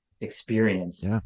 experience